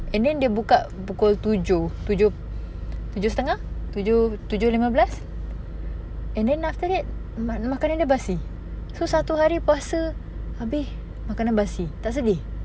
and then dia buka pukul tujuh tujuh tujuh setengah tujuh lima belas and then after that makanan dia basi so satu hari puasa abeh makanan basi tak sedih